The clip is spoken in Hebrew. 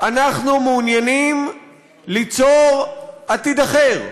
אנחנו מעוניינים ליצור עתיד אחר.